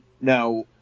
Now